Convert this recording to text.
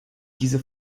diese